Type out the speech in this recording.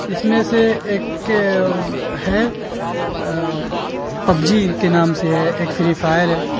اس میں سے ایک ہے پب جی کے نام سے ہے ایک فری فائر ہے